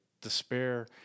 despair